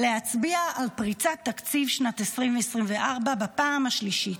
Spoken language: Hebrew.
להצביע על פריצת תקציב שנת 2024 בפעם השלישית.